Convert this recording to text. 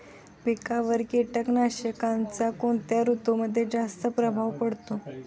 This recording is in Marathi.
पिकांवर कीटकनाशकांचा कोणत्या ऋतूमध्ये जास्त प्रभाव पडतो?